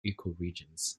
ecoregions